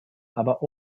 aber